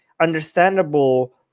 understandable